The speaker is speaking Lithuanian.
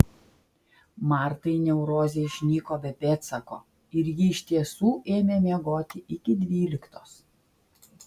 martai neurozė išnyko be pėdsako ir ji iš tiesų ėmė miegoti iki dvyliktos